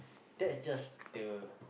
that is just the